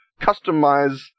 customize